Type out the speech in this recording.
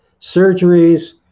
surgeries